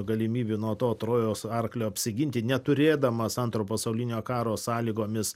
galimybių nuo to trojos arklio apsiginti neturėdamas antro pasaulinio karo sąlygomis